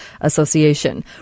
Association